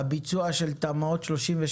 הביצוע של תמ"א 38,